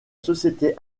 société